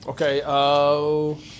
Okay